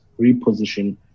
reposition